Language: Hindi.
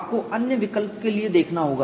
आपको अन्य विकल्प के लिए देखना होगा